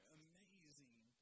amazing